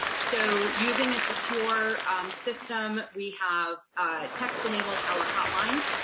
so using a secure system, we have a text-enabled our hotlines.